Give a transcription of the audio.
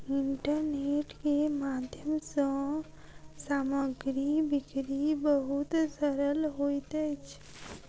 internet के माध्यम सँ सामग्री बिक्री बहुत सरल होइत अछि